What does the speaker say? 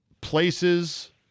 places